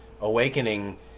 awakening